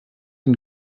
den